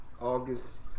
August